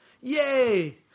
Yay